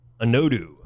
Anodu